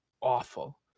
awful